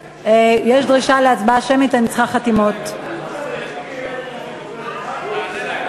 חוץ, השירות לילד ונוער טיפול, השירות לזקן,